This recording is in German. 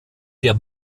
der